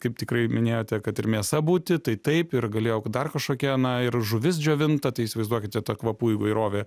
kaip tikrai minėjote kad ir mėsa būti tai taip ir galėjo dar kažkokia na ir žuvis džiovinta tai įsivaizduokite ta kvapų įvairovė